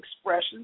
expressions